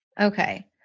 Okay